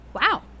Wow